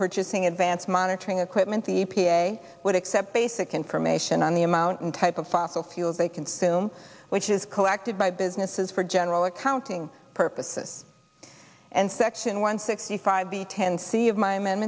purchasing advanced monitoring equipment the e p a would accept basic information on the amount and type of fossil fuel they consume which is collected by businesses for general accounting purposes and section one sixty five b ten c of my m